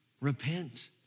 Repent